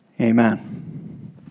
Amen